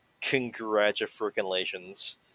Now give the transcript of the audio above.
congratulations